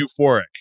euphoric